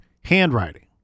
handwriting